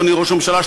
אדוני ראש הממשלה,